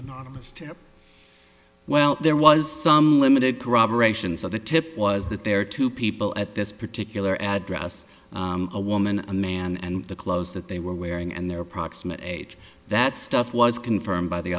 anonymous tip well there was some limited corroboration so the tip was that there are two people at this particular address a woman a man and the clothes that they were wearing and their proximate age that stuff was confirmed by the